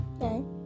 Okay